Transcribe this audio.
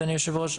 אדוני יושב הראש.